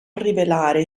rivelare